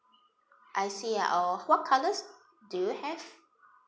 I see uh what colours do you have